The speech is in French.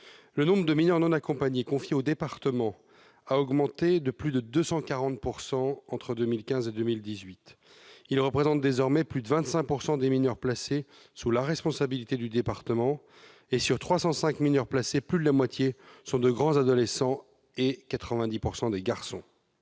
Le nombre de mineurs non accompagnés confiés à ce département a augmenté de plus de 240 % entre 2015 et 2018. Ils représentent désormais plus de 25 % des mineurs placés sous sa responsabilité. Sur 305 mineurs placés, plus de la moitié sont de grands adolescents et 90 %, des garçons.